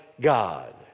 God